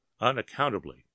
unaccountably